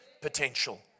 potential